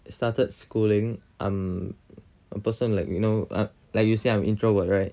started schooling I'm a person like you know like you said I'm introvert right